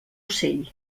ocell